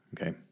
okay